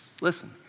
Listen